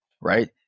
right